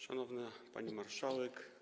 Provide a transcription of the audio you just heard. Szanowna Pani Marszałek!